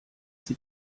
sie